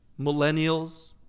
millennials